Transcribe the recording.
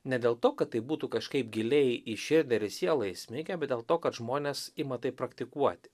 ne dėl to kad tai būtų kažkaip giliai į širdį ar į sielą įsmigę bet dėl to kad žmonės ima tai praktikuoti